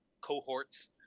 cohorts